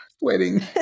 Wedding